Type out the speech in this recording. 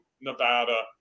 Nevada